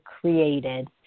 created